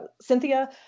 Cynthia